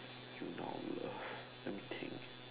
you now love let me think